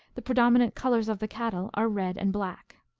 the predominant colors of the cattle are red and black.